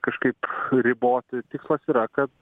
kažkaip riboti tikslas yra kad